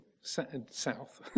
south